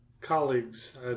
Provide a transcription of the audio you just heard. colleagues